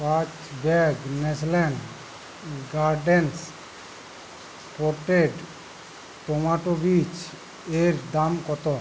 পাঁচ bag national gardens potted tomato বীজ এর দাম কতো